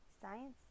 Science